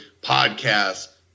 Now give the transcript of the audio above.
podcasts